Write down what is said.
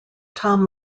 tom